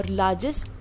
largest